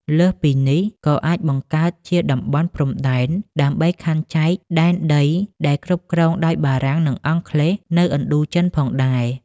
លើសពីនេះ ក៏អាចបង្កើតជាតំបន់ព្រំដែនដើម្បីខណ្ឌចែកដែនដីដែលគ្រប់គ្រងដោយបារាំង និងអង់គ្លេសនៅឥណ្ឌូចិនផងដែរ។